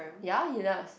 ya he does